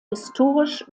historisch